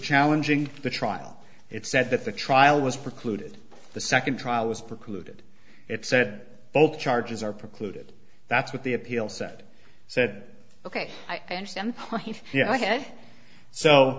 challenging the trial it said that the trial was precluded the second trial was precluded it said both charges are precluded that's what the appeal said said ok i understand yeah ok so